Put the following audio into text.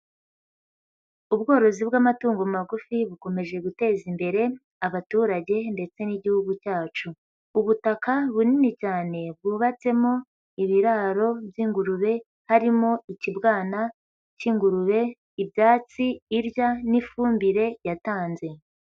Ubworozi bw'amatungo magufi bukomeje guteza imbere abaturage ndetse n'Igihugu cyacu. Ubutaka bunini cyane bwubatsemo ibiraro by'ingurube, harimo ikibwana cy'ingurube, ibyatsi irya n'ifumbire yatanze,